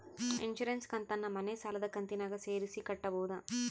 Insurance ಕಂತನ್ನ ಮನೆ ಸಾಲದ ಕಂತಿನಾಗ ಸೇರಿಸಿ ಕಟ್ಟಬೋದ?